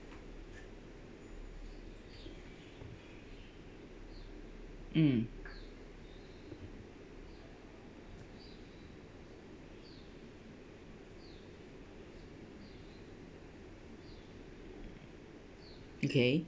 mm okay